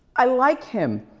i like him,